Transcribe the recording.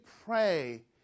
pray